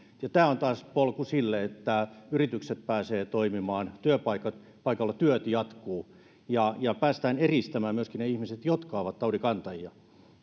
ja tämä on taas polku sille että yritykset pääsevät toimimaan ja työpaikalla työt jatkuvat ja päästään eristämään myöskin ne ihmiset jotka ovat taudinkantajia